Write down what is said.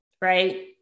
right